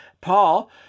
Paul